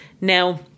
Now